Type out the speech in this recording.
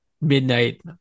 midnight